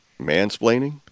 Mansplaining